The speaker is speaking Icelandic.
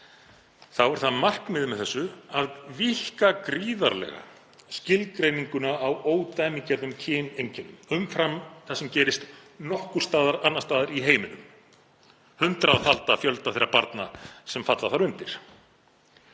er markmiðið með þessu að víkka gríðarlega skilgreininguna á ódæmigerðum kyneinkennum umfram það sem gerist nokkurs staðar annars staðar í heiminum, hundraðfalda fjölda þeirra barna sem falla þar undir.